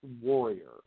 Warrior